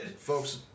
Folks